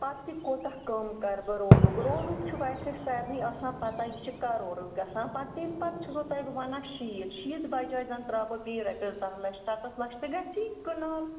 پَتہٕ تہِ کوٗتاہ کَم کَر بہٕ روڈُک روڈُک چھُ ویسے سارنٕے آسان پَتَہ یہِ چھِ کَرورَس گژھان پَتہٕ تٔمۍ پَتہٕ چھُ سو تۄہہِ بہٕ وَنان شیٖتھ شیٖتھ بَجاے زَن ترٛاو بہٕ رۄپیَس دَہ لَچھ سَتَتھ لَچھ تہِ گژھی کنال